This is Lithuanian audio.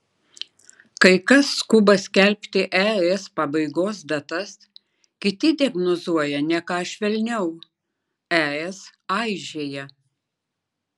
kai kas skuba skelbti es pabaigos datas kiti diagnozuoja ne ką švelniau es aižėja